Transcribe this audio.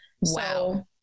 Wow